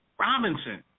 Robinson